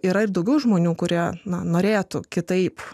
yra ir daugiau žmonių kurie norėtų kitaip